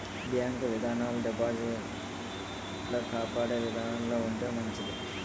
bank విధానాలు డిపాజిటర్లను కాపాడే విధంగా ఉంటే మంచిది